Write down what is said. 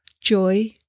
joy